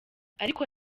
ariko